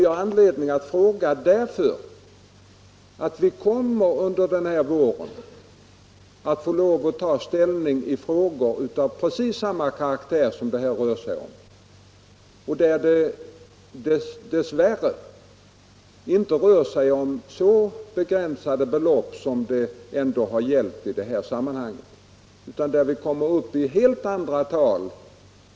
Jag har anledning att fråga det därför att vi under våren får lov att ta ställning i ärenden av precis samma karaktär som denna. Och där rör det sig dess värre inte om så begränsade belopp som det trots allt gäller i detta fall, utan där kommer vi upp till helt andra tal.